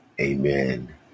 Amen